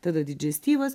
tada didžestivas